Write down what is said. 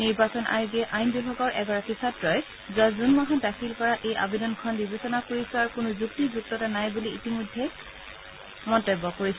নিৰ্বাচন আয়োগে আইন বিভাগৰ এগৰাকী ছাত্ৰই যোৱা জুন মাহত দাখিল কৰা এই আবেদনখন বিবেচনা কৰি চোৱাৰ কোনো যুক্তিযুক্ততা নাই বুলি ইতিপূৰ্বে মন্তব্য কৰিছিল